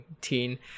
teen